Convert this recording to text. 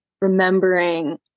remembering